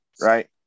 right